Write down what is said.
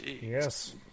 yes